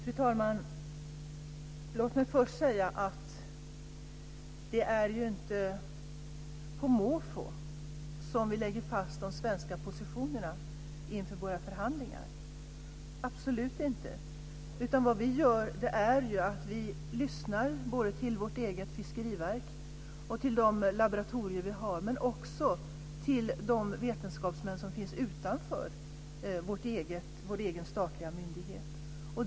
Fru talman! Låt mig först säga att det inte är på måfå som vi lägger fast de svenska positionerna inför våra förhandlingar - absolut inte. Vi lyssnar i stället både till vårt eget fiskeriverk och till de laboratorier vi har, men också till de vetenskapsmän som finns utanför vår egen statliga myndighet.